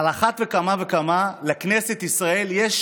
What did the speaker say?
על אחת כמה וכמה של כנסת ישראל, יש